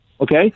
Okay